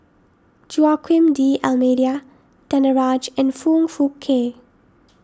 Joaquim D'Almeida Danaraj and Foong Fook Kay